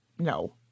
No